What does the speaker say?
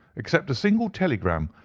except a single telegram,